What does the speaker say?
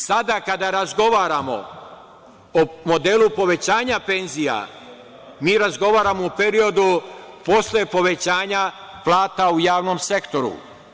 Sada kada razgovaramo o modelu povećanja penzija, mi razgovaramo o periodu posle povećanja plata u javnom sektoru.